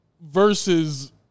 versus